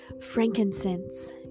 frankincense